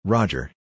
Roger